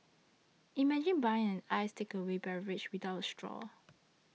imagine buying an iced takeaway beverage without a straw